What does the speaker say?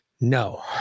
No